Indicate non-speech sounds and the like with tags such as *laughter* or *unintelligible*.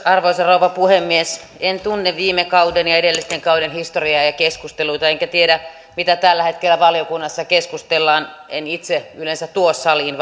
arvoisa rouva puhemies en tunne viime kauden ja edellisten kausien historiaa ja ja keskusteluita enkä tiedä mitä tällä hetkellä valiokunnassa keskustellaan en itse yleensä tuo saliin *unintelligible*